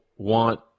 want